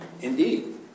indeed